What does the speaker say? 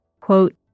Quote